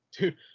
dude